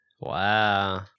Wow